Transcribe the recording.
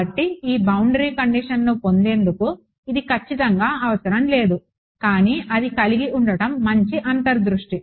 కాబట్టి ఈ బౌండరీ కండిషన్ని పొందేందుకు ఇది ఖచ్చితంగా అవసరం లేదు కానీ అది కలిగి ఉండటం మంచి అంతర్ దృష్టి